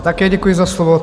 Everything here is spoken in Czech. také děkuji za slovo.